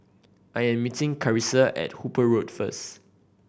I am meeting Carisa at Hooper Road first